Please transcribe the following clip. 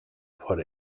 put